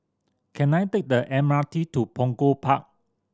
can I take the M R T to Punggol Park